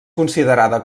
considerada